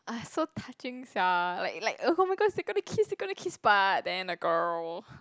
so touching sia like like oh my god they gonna kiss they gonna kiss but then the girl